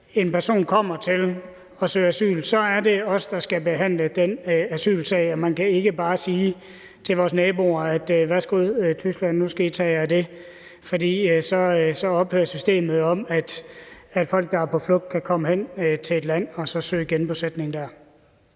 en person kommer til og søger asyl, så er det os, der skal behandle den asylsag, og vi kan ikke bare sige til vores naboer: Værsgo, Tyskland, nu skal I tage jer af det. For så ophører systemet om, at folk, der er på flugt, kan komme hen til et land og søge genbosætning der.